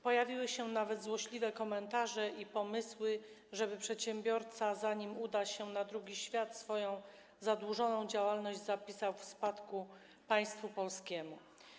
Pojawiły się nawet złośliwe komentarze i pomysły, żeby przedsiębiorca, zanim uda się na drugi świat, swoją zadłużoną działalność zapisał w spadku państwu polskiemu.